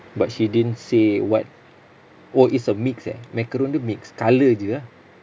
but she didn't say what oh it's a mix eh macaron dia mix colour jer ah